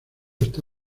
está